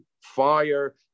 fire